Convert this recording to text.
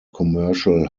commercial